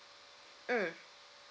mm